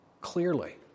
clearly